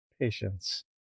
patience